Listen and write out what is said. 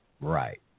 right